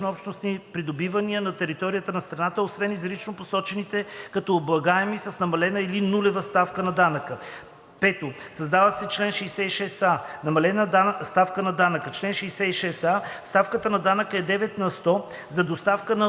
придобивания на територията на страната, освен изрично посочените като облагаеми с намалена или нулева ставка на данъка.“ 5. Създава се чл. 66а: „Намалена ставка на данъка. Чл. 66а. Ставката на данъка е 9 на сто за доставката на услуга